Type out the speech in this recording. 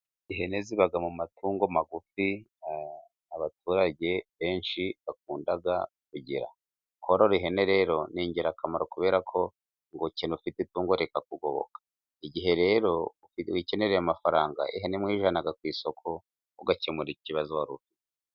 Ihene ziba mu matungo magufi abaturage benshi bakunda kugira. Korora ihene rero ni ingirakamaro kubera ko 'ngo ukena ufite itungo rikakugoboka'. Igihe rero wikenereye amafaranga, ihene iyijyana ku isoko, ugakemura ikibazo wari ufite.